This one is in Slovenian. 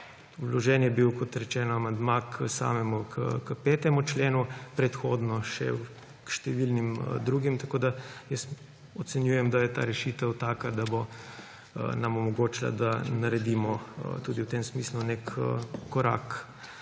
Vložen je bil, kot rečeno, amandma k 5. členu, predhodno še k številnim drugim. Jaz ocenjujem, da je ta rešitev taka, da bo nam omogočila, da naredimo tudi v tem smislu nek korak